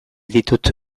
ditut